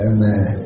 Amen